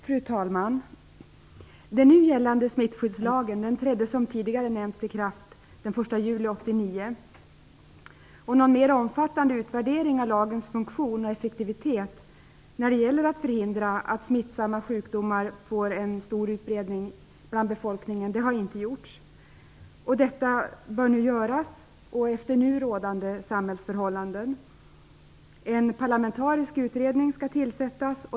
Fru talman! Den nu gällande smittskyddslagen trädde, som tidigare har nämnts, i kraft den 1 juli 1989. Någon mer omfattande utvärdering av lagens funktion och effektivitet när det gäller att förhindra att smittsamma sjukdomar får en stor utbredning bland befolkningen har inte gjorts. Detta bör göras efter nu rådande samhällsförhållanden. En parlamentarisk utredning skall tillsättas.